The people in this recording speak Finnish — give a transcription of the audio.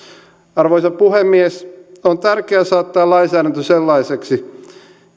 arvoisa puhemies on tärkeää saattaa lainsäädäntö sellaiseksi